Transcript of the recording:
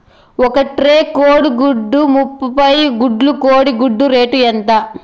ఒక ట్రే కోడిగుడ్లు ముప్పై గుడ్లు కోడి గుడ్ల రేటు ఎంత?